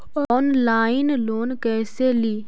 Online loan कैसे ली?